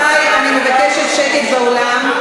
רבותי, אני מבקשת שקט באולם.